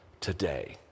today